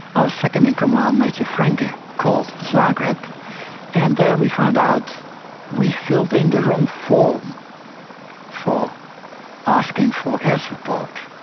our second-in-command major franken called zagreb and there we found out we filled in the wrong form for asking for air support.